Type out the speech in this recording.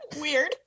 Weird